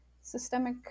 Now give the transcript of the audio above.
systemic